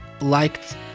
liked